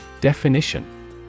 Definition